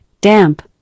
damp